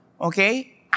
okay